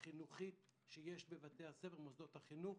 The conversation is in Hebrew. החינוכית שיש לבתי הספר ומוסדות החינוך.